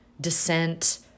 dissent